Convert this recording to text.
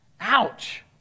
Ouch